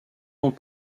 ans